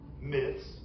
myths